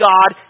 God